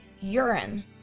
urine